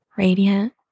radiant